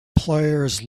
players